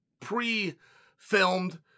pre-filmed